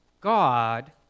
God